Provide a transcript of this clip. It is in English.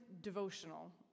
devotional